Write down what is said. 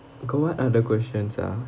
got what other questions ah